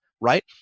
right